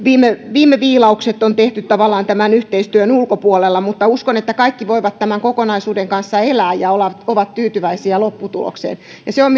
viime viilaukset on tehty tavallaan tämän yhteistyön ulkopuolella uskon että kaikki voivat tämän kokonaisuuden kanssa elää ja ovat tyytyväisiä lopputulokseen ja se on